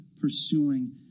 pursuing